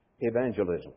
evangelism